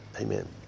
amen